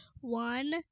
one